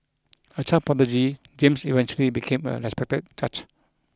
a child prodigy James eventually became a respected judge